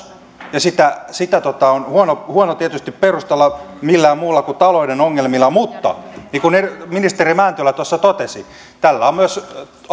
ja sitä sitä on huono tietysti perustella millään muulla kuin talouden ongelmilla mutta niin kuin ministeri mäntylä tuossa totesi tällä on myös